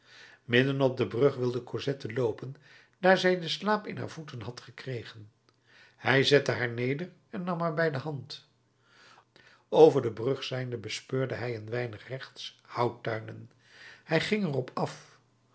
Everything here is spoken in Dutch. midden op de brug wilde cosette loopen daar zij den slaap in haar voeten had gekregen hij zette haar neder en nam haar bij de hand over de brug zijnde bespeurde hij een weinig rechts houttuinen hij ging er op af